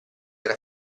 era